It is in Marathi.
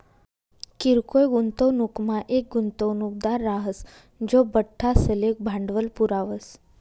किरकोय गुंतवणूकमा येक गुंतवणूकदार राहस जो बठ्ठासले भांडवल पुरावस